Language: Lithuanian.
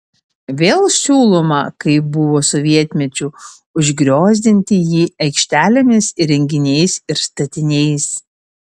vėl siūloma kaip buvo sovietmečiu užgriozdinti jį aikštelėmis įrenginiais ir statiniais